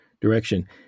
direction